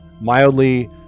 mildly